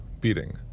beating